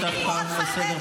את רוצה לצאת,